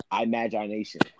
imagination